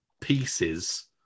pieces